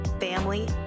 family